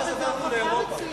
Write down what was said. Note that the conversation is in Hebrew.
מאז עברנו לאירופה.